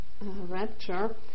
rapture